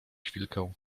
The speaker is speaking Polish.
chwilkę